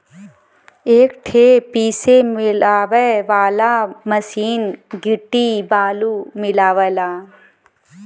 एक ठे पीसे मिलावे वाला मसीन गिट्टी बालू मिलावला